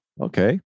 okay